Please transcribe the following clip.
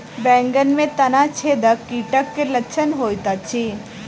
बैंगन मे तना छेदक कीटक की लक्षण होइत अछि?